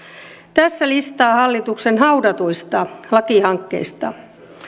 tässä listaa hallituksen haudatuista lakihankkeista